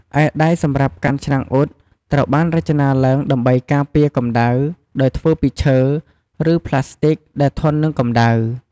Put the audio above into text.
ឯដៃសម្រាប់កាន់ឆ្នាំងអ៊ុត ត្រូវបានរចនាឡើងដើម្បីការពារកម្ដៅ ដោយធ្វើពីឈើ ឬប្លាស្ទិកដែលធន់នឹងកម្ដៅ។